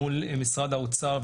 מול משרד האוצר,